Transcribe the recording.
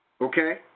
okay